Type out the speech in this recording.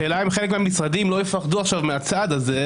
השאלה אם חלק מהמשרדים לא יפחדו עכשיו מהצעד הזה,